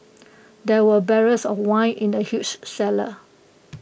there were barrels of wine in the huge cellar